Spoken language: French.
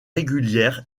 régulière